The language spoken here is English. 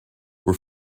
were